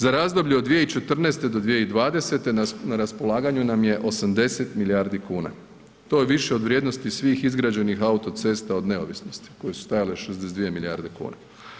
Za razdoblje od 2014. do 2020. na raspolaganju nam je 80 milijardi kuna, to je više od vrijednosti svih izgrađenih autocesta od neovisnost koje su stajale 62 milijardi kuna.